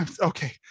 okay